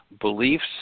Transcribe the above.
beliefs